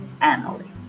Emily